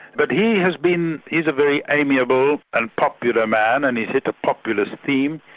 but he has been he's a very amiable and popular man and he's hit a populist theme,